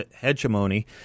hegemony